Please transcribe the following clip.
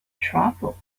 travel